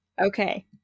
Okay